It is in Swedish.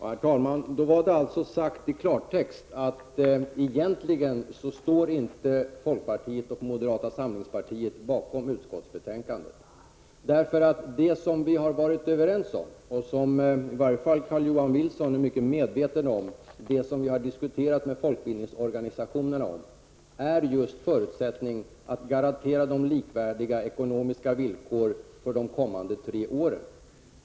Herr talman! Då var det alltså sagt i klartext att egentligen står inte folkpartiet och moderata samlingspartiet bakom utskottsbetänkandet. Det som vi har varit överens om och som i varje fall Carl-Johan Wilson är mycket medveten om, det som vi har diskuterat med folkbildningsorganisationerna, är just att garantera dem likvärdiga ekonomiska villkor för de kommande tre åren.